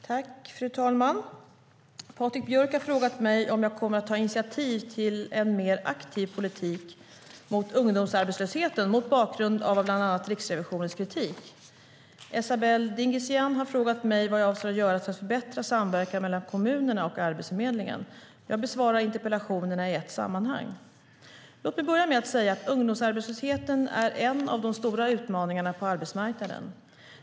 Fru talman! Patrik Björck har frågat mig om jag kommer att ta initiativ till en mer aktiv politik mot ungdomsarbetslösheten mot bakgrund av bland annat Riksrevisionens kritik. Esabelle Dingizian har frågat mig vad jag avser att göra för att förbättra samverkan mellan kommunerna och Arbetsförmedlingen. Jag besvarar interpellationerna i ett sammanhang. Låt mig börja med att säga att ungdomsarbetslösheten är en av de stora utmaningarna på arbetsmarknaden.